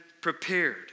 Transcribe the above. prepared